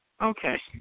Okay